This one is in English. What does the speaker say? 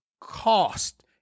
cost